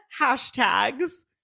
hashtags